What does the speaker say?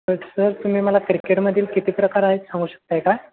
तर सर तुम्ही मला क्रिकेटमधील किती प्रकार आहेत सांगू शकत आहात का